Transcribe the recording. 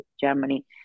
Germany